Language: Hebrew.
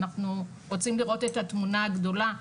אנחנו רוצים לראות את התמונה הגדולה,